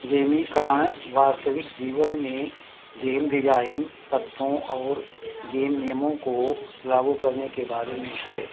गेमीकरण वास्तविक जीवन में गेम डिजाइन तत्वों और गेम नियमों को लागू करने के बारे में है